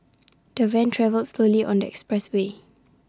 the van travelled slowly on the expressway